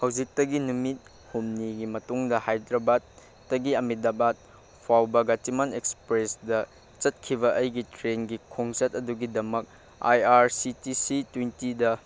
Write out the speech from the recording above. ꯍꯧꯖꯤꯛꯇꯒꯤ ꯅꯨꯃꯤꯠ ꯍꯨꯝꯅꯤꯒꯤ ꯃꯇꯨꯡꯗ ꯍꯥꯏꯗ꯭ꯔꯕꯥꯠꯇꯒꯤ ꯑꯃꯦꯗꯕꯥꯠ ꯐꯥꯎꯕ ꯒꯆꯤꯃꯥꯟ ꯑꯦꯛꯁꯄ꯭ꯔꯦꯁꯗ ꯆꯠꯈꯤꯕ ꯑꯩꯒꯤ ꯇ꯭ꯔꯦꯟꯒꯤ ꯈꯣꯡꯆꯠ ꯑꯗꯨꯒꯤꯗꯃꯛ I R C T C ꯇ꯭ꯋꯦꯟꯇꯤꯗ